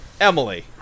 Emily